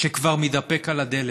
שכבר מתדפק על הדלת.